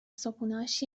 صبحونههاش